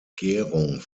gärung